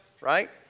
Right